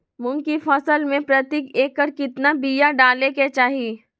मूंग की फसल में प्रति एकड़ कितना बिया डाले के चाही?